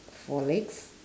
four legs